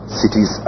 cities